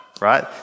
right